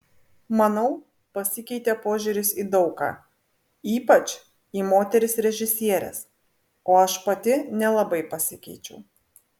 manau pasikeitė požiūris į daug ką ypač į moteris režisieres o aš pati nelabai pasikeičiau